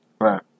Right